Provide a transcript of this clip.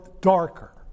darker